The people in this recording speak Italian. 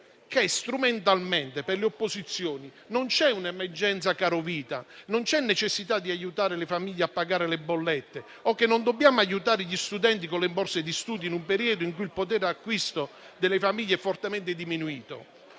che strumentalmente per le opposizioni non c'è un'emergenza carovita, non c'è necessità di aiutare le famiglie a pagare le bollette e non dobbiamo aiutare gli studenti con le borse di studio in un periodo in cui il potere d'acquisto delle famiglie è fortemente diminuito.